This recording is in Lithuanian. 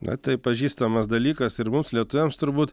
na taip pažįstamas dalykas ir mums lietuviams turbūt